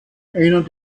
einen